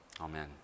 Amen